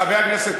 חברי הכנסת,